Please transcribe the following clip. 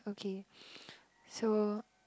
okay so